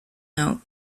note